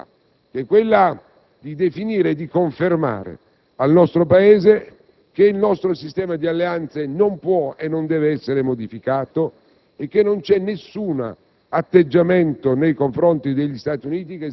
perché la maggioranza oggi in quest'Aula ha una grande responsabilità, che è quella di definire e di confermare al nostro Paese che il nostro sistema di alleanze non può e non deve essere modificato